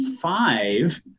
five